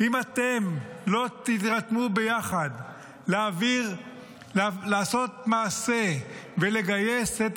אם אתם לא תירתמו ביחד לעשות מעשה ולגייס את